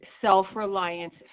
Self-reliance